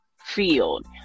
field